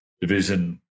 division